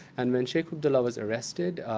and when sheik abdullah was arrested,